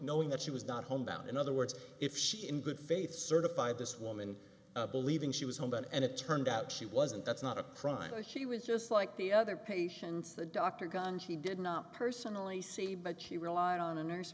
knowing that she was not home bound in other words if she in good faith certified this woman believing she was home then and it turned out she wasn't that's not a crime and she was just like the other patients the doctor gun she did not personally see but she relied on a nurse